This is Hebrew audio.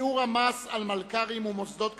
(שיעור המס על מלכ"רים ומוסדות כספיים)